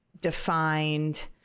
defined